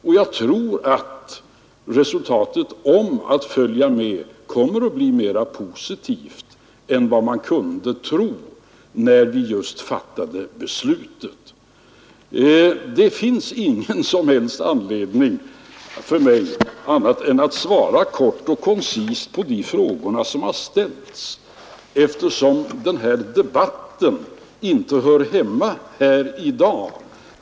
Och jag tror att resultatet då det gäller att följa med kommer att bli mera positivt än vad man kunde tro just när vi fattade beslutet. Det finns ingen som helst anledning för mig att svara annat än kort och koncist på de frågor som har ställts, eftersom den här debatten inte hör hemma här i dag.